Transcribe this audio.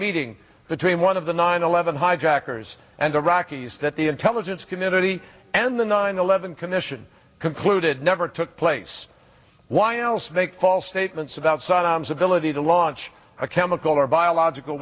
meeting between one of the nine eleven hijackers and iraqis that the intelligence community and the nine eleven commission concluded never took place why else they false statements about saddam's ability to launch a chemical or biological